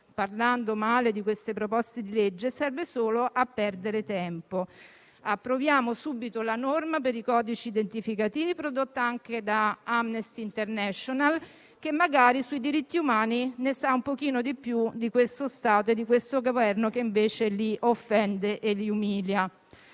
parlando male di queste proposte di legge, serve solo a perdere tempo. Approviamo subito la norma per i codici identificativi prodotta anche da Amnesty International, che magari di diritti umani ne sa un pochino di più di questo Stato e di questo Governo che invece li offende e li umilia.